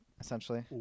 essentially